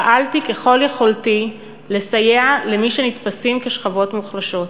פעלתי ככל יכולתי לסייע למי שנתפסים כשכבות מוחלשות,